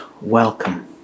welcome